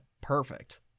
perfect